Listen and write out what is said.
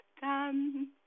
done